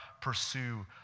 pursue